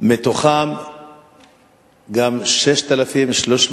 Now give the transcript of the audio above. מתוכם גם 6,300